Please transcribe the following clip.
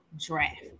draft